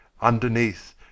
Underneath